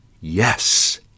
yes